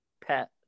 pet